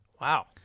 Wow